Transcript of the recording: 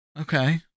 Okay